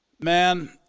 Man